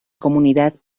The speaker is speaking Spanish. comunidad